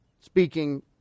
speaking